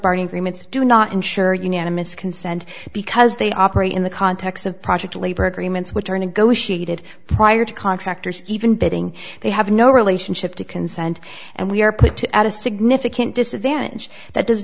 bargaining agreements do not ensure unanimous consent because they operate in the context of project labor agreements which are negotiated prior to contractors even bidding they have no relationship to consent and we are put to at a significant disadvantage that does